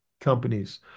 companies